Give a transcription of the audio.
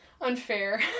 unfair